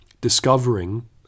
discovering